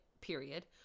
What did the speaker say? period